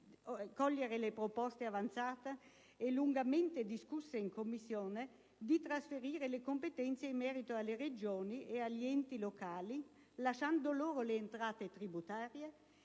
cogliere le proposte avanzate e lungamente discusse in Commissione di trasferire le competenze in merito alle Regioni e agli enti locali, lasciando loro le entrate tributarie,